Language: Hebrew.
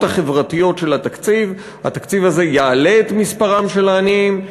החברתיות של התקציב: התקציב הזה יעלה את מספרם של העניים,